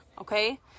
Okay